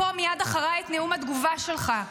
בשם ההישרדות הפוליטית שלך,